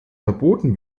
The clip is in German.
verboten